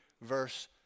verse